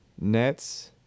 nets